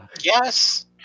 Yes